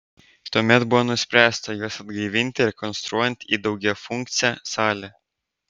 tuomet buvo nuspręsta juos atgaivinti rekonstruojant į daugiafunkcę salę